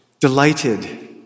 delighted